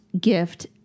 gift